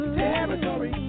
territory